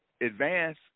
advance